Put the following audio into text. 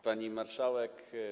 Pani Marszałek!